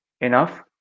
Enough